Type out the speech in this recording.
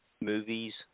movies